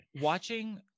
watching